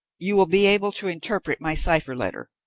you will be able to interpret my cipher letter,